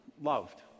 Loved